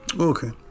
Okay